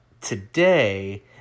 today